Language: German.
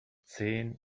zehn